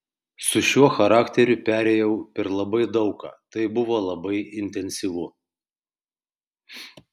su šiuo charakteriu perėjau per labai daug ką tai buvo labai intensyvu